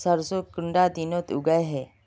सरसों कुंडा दिनोत उगैहे?